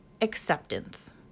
acceptance